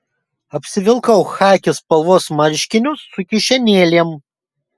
apsivilkau chaki spalvos marškinius su kišenėlėm